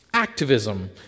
Activism